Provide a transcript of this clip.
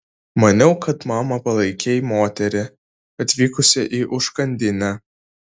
maniau kad mama palaikei moterį atvykusią į užkandinę